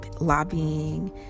lobbying